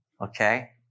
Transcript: Okay